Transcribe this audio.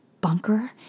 bunker